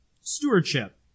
Stewardship